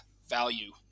value